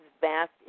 vast